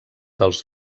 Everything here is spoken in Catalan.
dels